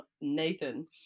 nathan